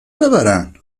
ببرن